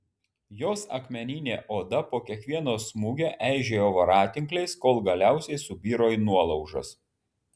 jos akmeninė oda po kiekvieno smūgio eižėjo voratinkliais kol galiausiai subiro į nuolaužas